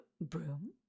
Broom